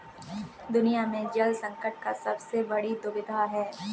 दुनिया में जल संकट का सबसे बड़ी दुविधा है